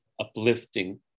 uplifting